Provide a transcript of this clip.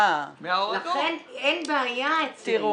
לכן אין בעיה אצלנו.